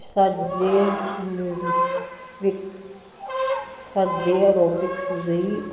ਸਾਡੇ ਵਿ ਸਾਡੇ ਐਰੋਬਿਕਸ ਲਈ